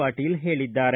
ಪಾಟೀಲ್ ಹೇಳಿದ್ದಾರೆ